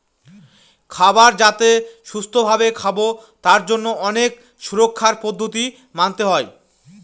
খাবার যাতে সুস্থ ভাবে খাবো তার জন্য অনেক সুরক্ষার পদ্ধতি মানতে হয়